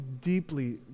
deeply